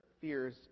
fears